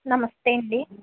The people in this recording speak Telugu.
నమస్తే అండి